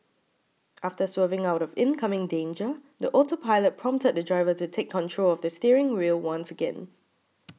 after swerving out of incoming danger the autopilot prompted the driver to take control of the steering wheel once again